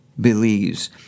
believes